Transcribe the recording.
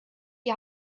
die